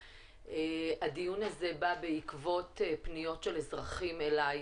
הדיון הזה בא בעקבות פניות של אזרחים אלי.